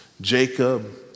Jacob